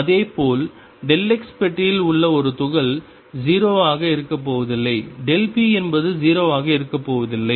இதேபோல் x பெட்டியில் உள்ள ஒரு துகள் 0 ஆக இருக்கப்போவதில்லை p என்பது 0 ஆக இருக்கப்போவதில்லை